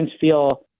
feel